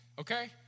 Okay